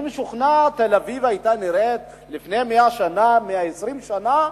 אני משוכנע שתל-אביב נראתה לפני 100 שנה, 120 שנה,